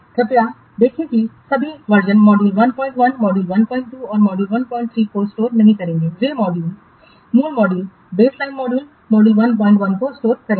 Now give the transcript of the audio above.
कृपया देखें कि वे सभी संस्करणों मॉड्यूल 11 मॉड्यूल 12 और मॉड्यूल 13 को स्टोर नहीं करेंगे वे मूल मॉड्यूल बेसलाइन मॉड्यूल मॉड्यूल 11 को स्टोर करेंगे